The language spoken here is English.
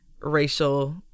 racial